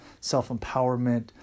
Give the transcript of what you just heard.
self-empowerment